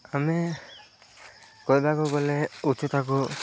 ଆମେ କହିବାକୁ ଗଲେ ଉଚ୍ଚତାକୁ